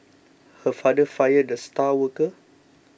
her father fired the star worker